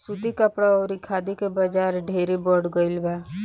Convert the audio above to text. सूती कपड़ा अउरी खादी के बाजार ढेरे बढ़ गईल बा